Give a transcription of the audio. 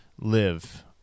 live